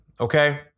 Okay